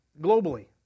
globally